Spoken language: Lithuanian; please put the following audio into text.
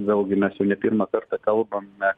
vėlgi mes jau ne pirmą kartą kalbame